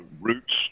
roots